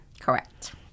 correct